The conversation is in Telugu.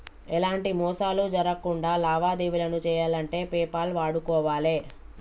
ఎలాంటి మోసాలు జరక్కుండా లావాదేవీలను చెయ్యాలంటే పేపాల్ వాడుకోవాలే